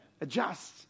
adjust